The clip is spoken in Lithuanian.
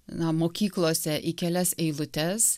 na mokyklose į kelias eilutes